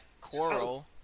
Coral